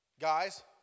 Guys